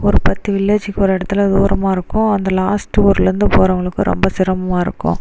ஒரு பத்து வில்லேஜிக்கு ஒரு இடத்துல அது ஓரமாக இருக்கும் அந்த லாஸ்ட் ஊர்லேந்து போகிறவங்களுக்கு ரொம்ப சிரம்மாக இருக்கும்